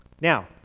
Now